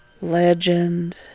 legend